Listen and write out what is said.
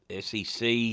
SEC